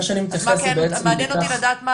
אז מעניין אותי לדעת,